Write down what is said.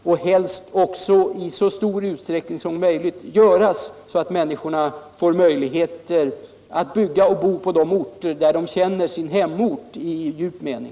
Helst bör de också i så stor utsträckning som möjligt genomföras så att människorna får möjligheter att fortsättningsvis bygga och bo på de ställen som de känner som sin hemort.